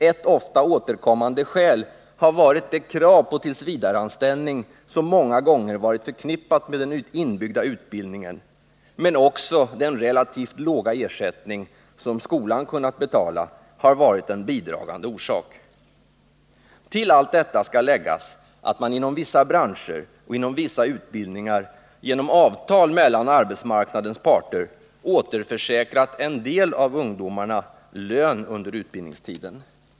Ett ofta återkommande skäl har varit det krav på tills-vidare-anställning som många gånger varit förknippat med den inbyggda utbildningen, men den relativt låga ersättning som skolan har kunnat betala har också varit en bidragande orsak. Till allt detta skall läggas att man inom vissa branscher och inom vissa utbildningar genom avtal mellan arbetsmarknadens parter tillförsäkrat en del av ungdomarna lön under utbildningstiden.